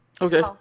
Okay